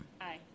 Aye